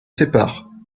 séparent